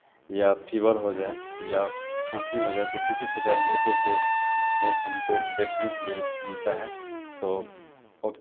या फीवर हो जाए या खांसी हो जाए तो किसी प्रकार के ऐसे ऐसे केस हमको देखने के लिए मिलता है तो प